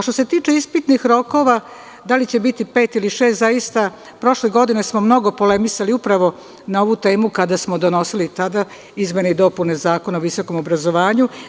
Što se tiče ispitnih rokova, da li će biti pet ili šest, zaista, prošle godine smo mnogo polemisali upravo na ovu temu kada smo donosili tada izmene i dopune Zakona o visokom obrazovanju.